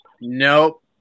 Nope